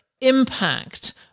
impact